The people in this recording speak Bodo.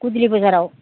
गधुलि बाजाराव